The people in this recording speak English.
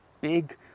big